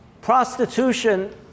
Prostitution